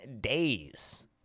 Days